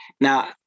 Now